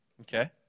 Okay